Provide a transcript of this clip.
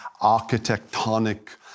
architectonic